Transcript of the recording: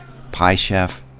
pie chef,